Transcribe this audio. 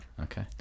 Okay